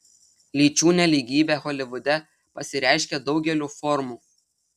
lyčių nelygybė holivude pasireiškia daugeliu formų